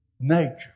nature